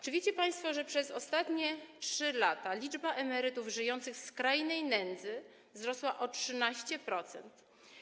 Czy wiecie państwo, że przez ostatnie 3 lata liczba emerytów żyjących w skrajnej nędzy wzrosła o 13%?